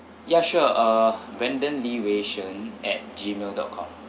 yeah sure uh brendan lee wei shen at gmail dot com